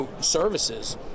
services